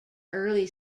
early